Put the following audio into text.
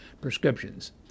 prescriptions